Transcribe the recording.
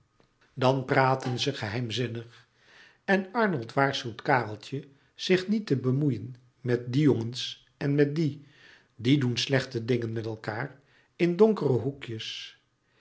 dan praten ze geheimzinnig en arnold waarschuwt kareltje zich niet te bemoeien met die jongens en met die die doen slechte dingen met elkaâr in donkere hoekjes